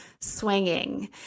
swinging